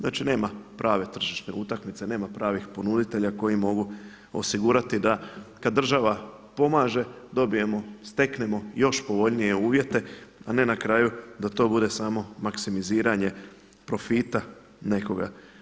Znači nema prave tržišne utakmice, nema pravih ponuditelja koji mogu osigurati da kada država pomaže dobijemo, steknemo još povoljnije uvjete a ne na kraju da to bude samo maksimiziranje profita nekoga.